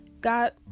got